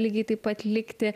lygiai taip pat likti